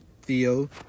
Theo